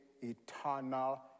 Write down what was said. eternal